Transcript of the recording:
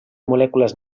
molècules